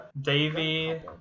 davy